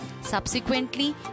Subsequently